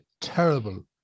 terrible